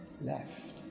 left